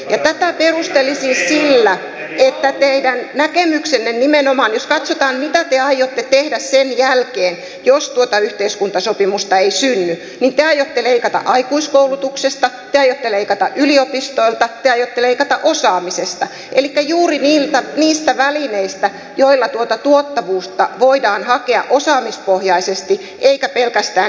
tätä perustelisin sillä että teidän näkemyksenne nimenomaan jos katsotaan mitä te aiotte tehdä sen jälkeen jos tuota yhteiskuntasopimusta ei synny on että te aiotte leikata aikuiskoulutuksesta te aiotte leikata yliopistoilta te aiotte leikata osaamisesta elikkä juuri niistä välineistä joilla tuota tuottavuutta voidaan hakea osaamispohjaisesti eikä pelkästään hintakilpailukyvyn kautta